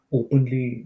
openly